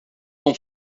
com